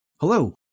hello